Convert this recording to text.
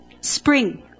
Spring